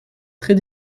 très